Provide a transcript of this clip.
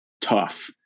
tough